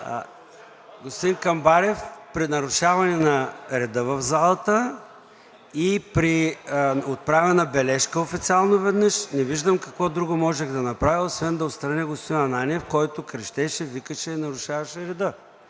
Господин Камбарев, при нарушаване на реда в залата и при официално отправена бележка веднъж, не виждам какво друго можех да направя, освен да отстраня господин Ананиев, който крещеше, викаше, нарушаваше реда.